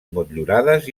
motllurades